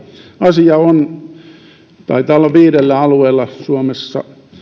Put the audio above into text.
asia taitaa olla viidellä alueella suomessa